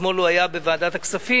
אתמול הוא היה בוועדת הכספים